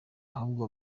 ahubwo